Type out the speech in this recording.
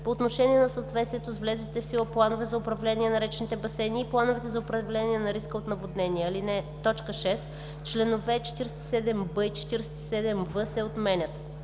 по отношение на съответствието с влезлите в сила планове за управление на речните басейни и плановете за управление на риска от наводнения.“ 6. Членове 47б и 47в се отменят.